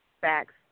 facts